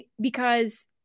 because-